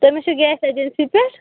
تُہۍ ما چھُِو گیس ایجنسی پٮ۪ٹھ